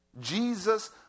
Jesus